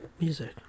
music